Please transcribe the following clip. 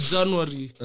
january